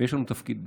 ויש לנו תפקיד בזה.